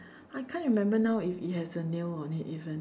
I can't remember now if it has a nail on it even